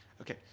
Okay